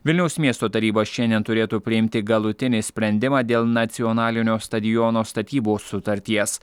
vilniaus miesto taryba šiandien turėtų priimti galutinį sprendimą dėl nacionalinio stadiono statybos sutarties